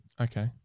Okay